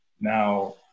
Now